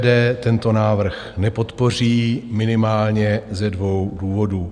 SPD tento návrh nepodpoří minimálně ze dvou důvodů.